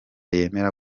yemera